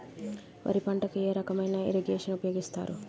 వరి పంటకు ఏ రకమైన ఇరగేషన్ ఉపయోగిస్తారు?